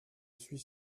suis